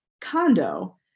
condo